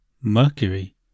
Mercury